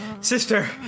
Sister